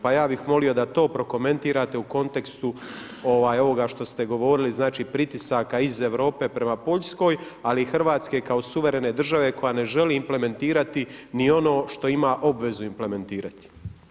Pa ja bih molio da to prokomentirate u kontekstu ovoga što ste govorili znači pritisaka iz Europe prema Poljskoj, ali i Hrvatske kao suverene države koja ne želi implementirati ni ono što ima obvezu implementirati.